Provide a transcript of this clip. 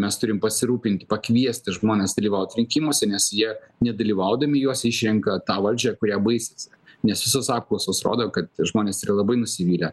mes turim pasirūpinti pakviesti žmones dalyvaut rinkimuose nes jie nedalyvaudami juos išrenka tą valdžią kuria baisisi nes visos apklausos rodo kad žmonės yra labai nusivylę